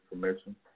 permission